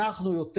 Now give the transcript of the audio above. כך אנחנו מעריכים.